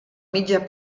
mitja